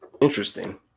interesting